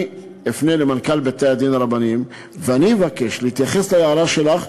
אני אפנה למנכ"ל בתי-הדין הרבניים ואני אבקש להתייחס להערה שלך.